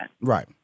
Right